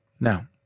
Now